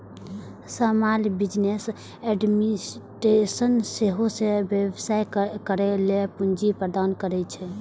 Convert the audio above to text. small business administration सेहो व्यवसाय करै लेल पूंजी प्रदान करै छै